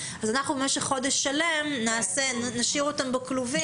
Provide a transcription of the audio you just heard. ואנחנו במשך חודש שלם נשאיר אותן בכלובים.